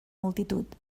multitud